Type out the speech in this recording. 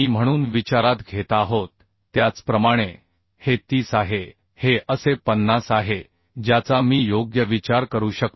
म्हणून विचारात घेत आहोत त्याचप्रमाणे हे 30 आहे हे असे 50 आहे ज्याचा मी योग्य विचार करू शकतो